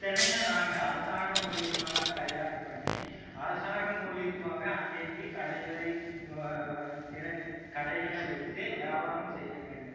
இத்தனையும் நாங்கள் அரசாங்கம் மூலயமாக தயார் பண்ணி அரசாங்கம் மூலயமாவே அங்கங்கே கடைகளை திறந்து கடைகளை வைத்து வியாபாரம் செய்ய வேண்டும்